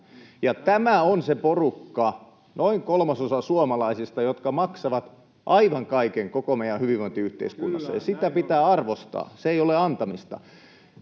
Tämä on se porukka, noin kolmasosa suomalaisista, joka maksaa aivan kaiken koko meidän hyvinvointiyhteiskunnassa, ja sitä pitää arvostaa. Se ei ole antamista.